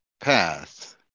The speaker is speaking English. path